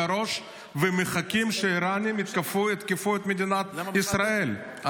הראש ומחכים שהאיראנים יתקפו את מדינת ישראל.